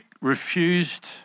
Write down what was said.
refused